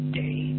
day